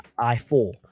i4